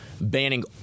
banning